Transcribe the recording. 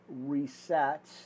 reset